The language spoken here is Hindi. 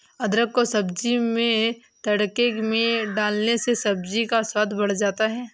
अदरक को सब्जी में तड़के में डालने से सब्जी का स्वाद बढ़ जाता है